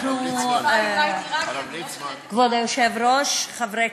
יש לך ארבע דקות.